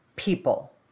people